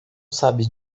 sabe